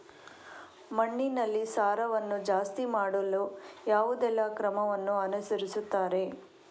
ಮಣ್ಣಿನಲ್ಲಿ ಸಾರವನ್ನು ಜಾಸ್ತಿ ಮಾಡಲು ಯಾವುದೆಲ್ಲ ಕ್ರಮವನ್ನು ಅನುಸರಿಸುತ್ತಾರೆ